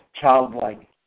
childlike